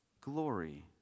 glory